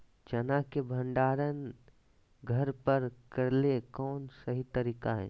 चना के भंडारण घर पर करेले कौन सही तरीका है?